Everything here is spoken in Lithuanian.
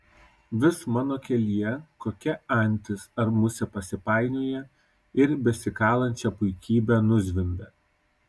vis mano kelyje kokia antis ar musė pasipainioja ir besikalančią puikybę nuzvimbia